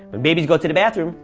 when babies go to the bathroom,